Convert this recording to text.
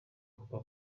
coca